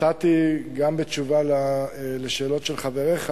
נתתי גם תשובה על שאלות חבריך.